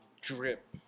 drip